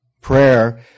prayer